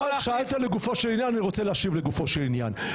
שאלת לגופו של עניין ואני רוצה להשיב לגופו של עניין.